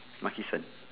makisan